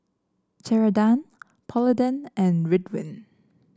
Ceradan Polident and Ridwind